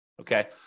Okay